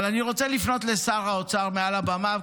אבל אני רוצה לפנות לשר האוצר מעל הבמה,